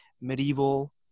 medieval